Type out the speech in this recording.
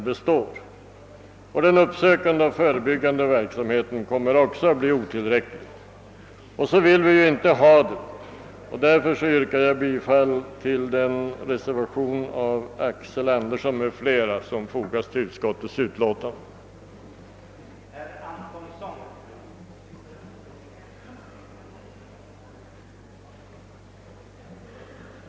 Vidare kommer den uppsökande och förebyggande verksamheten att bli otillräcklig. Så vill vi inte ha det, och därför yrkar jag bifall till den reservation av herr Axel Andersson m.fl., som fogats till utskottets utlåtande vid denna punkt.